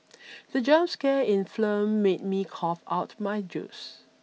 the jump scare in film made me cough out my juice